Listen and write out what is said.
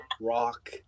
rock